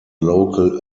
local